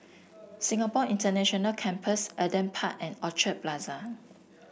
Singapore International Campus Adam Park and Orchard Plaza